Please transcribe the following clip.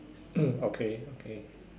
okay okay